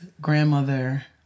grandmother